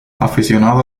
aficionado